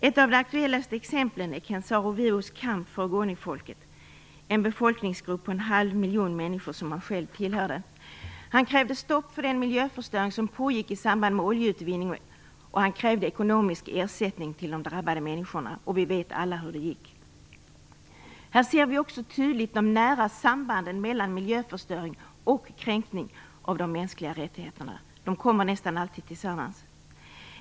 Ett av de mest aktuella exemplen är Ken SaroWiwas kamp för Ogonifolket, en befolkningsgrupp på en halv miljon människor, som han själv tillhörde. Han krävde stopp för den miljöförstöring som pågick i samband med oljeutvinning, och han krävde ekonomisk ersättning till de drabbade människorna. Vi vet alla hur det gick. Här ser vi också tydligt de nära sambanden mellan miljöförstöring och kränkning av de mänskliga rättigheterna. De följs nästan alltid åt.